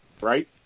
right